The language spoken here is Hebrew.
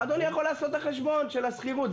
אדוני יכול לעשות את החשבון של השכירות,